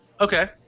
Okay